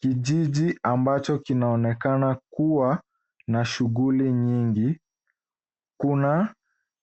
Kijiji ambacho kinaonekana kuwa na shuguli nyingi, kuna